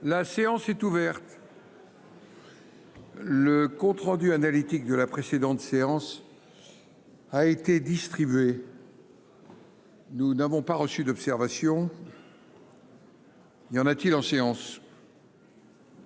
La séance est ouverte. Le compte rendu analytique de la précédente séance a été distribué. Nous n'avons pas reçu d'observation. Il y en a-t-il en séance.